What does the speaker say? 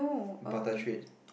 butter trade